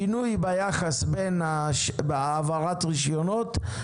שינוי ביחס בין העברת רישיונות.